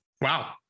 Wow